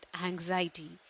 anxiety